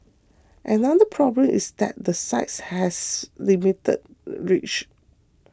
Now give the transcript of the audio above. another problem is that the sites has limited reach